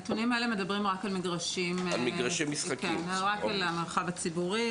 הנתונים האלה מדברים רק על המרחב הציבורי.